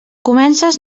comences